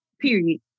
Period